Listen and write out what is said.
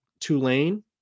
Tulane